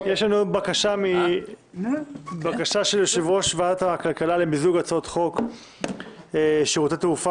יש לנו בקשה של יושב-ראש ועדת הכלכלה למיזוג הצעות חוק שירותי תעופה